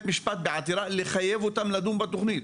המשפט בעתירה כדי לחייב אותם לדון בתוכנית.